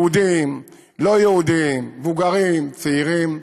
יהודים, לא יהודים, מבוגרים, צעירים,